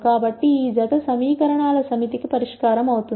కాబట్టి ఈ జత ఈ సమీకరణాల సమితి కి పరిష్కారం అవుతుంది